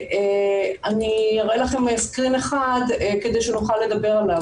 אני אראה לכם screen אחד כדי שנוכל לדבר עליו.